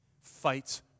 Fights